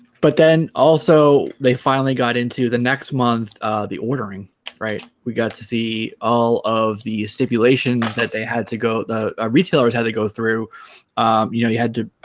but then also they finally got into the next month the ordering right we got to see all of the stipulations that they had to go the ah retailers had to go through you know you had to